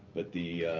but the